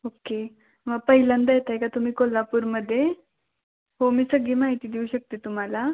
okay मग पहिल्यांदा येत आहे का तुम्ही कोल्हापूरमध्ये हो मी सगळी माहिती देऊ शकते तुम्हाला